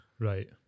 Right